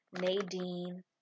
Nadine